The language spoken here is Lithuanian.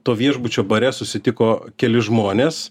to viešbučio bare susitiko keli žmonės